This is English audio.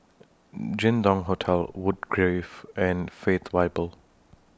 Jin Dong Hotel Woodgrove and Faith Bible